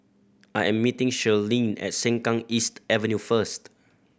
I am meeting Shirlene at Sengkang East Avenue first